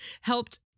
helped